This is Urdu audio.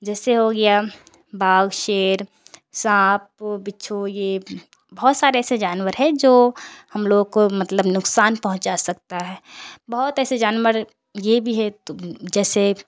جیسے ہو گیا باگھ شیر سانپ بچھو یہ بہت سارے ایسے جانور ہے جو ہم لوگ کو مطلب نقصان پہنچا سکتا ہے بہت ایسے جانور یہ بھی ہے تو جیسے